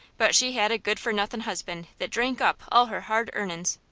but she had a good-for-nothin' husband that drank up all her hard earnin's.